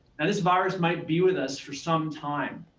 and this virus might be with us for some time.